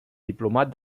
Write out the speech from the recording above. diplomat